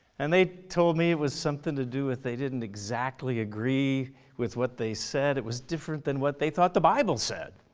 and they told me it was something to do with they didn't exactly agree with what they said, it was different than what they thought the bible said.